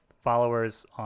followers